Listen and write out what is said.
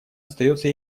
остается